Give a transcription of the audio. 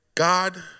God